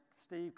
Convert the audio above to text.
Steve